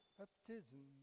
baptism